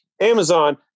Amazon